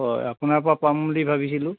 হয় আপোনাৰপৰা পাম বুলি ভাবিছিলোঁ